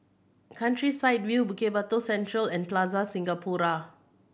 Countryside View Bukit Batok Central and Plaza Singapura